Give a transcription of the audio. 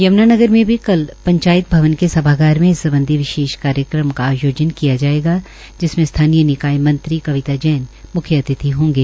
यम्नानगर में भी कल पंचायत भवन के सभागार में इस सम्बधी विशेष कार्यक्रम का आयोजन किया जायेगा जिसमें स्थानीय निकाय मंत्री कविता जैन म्ख्य अतिथि होंगे